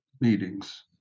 meetings